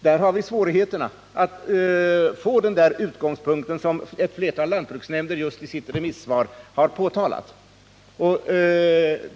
Det är en svårighet som några lantbruksnämnder har påtalat i sina remissvar.